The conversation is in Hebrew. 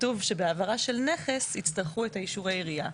כתוב שבהעברה של נכס, יצטרכו את אישור העירייה.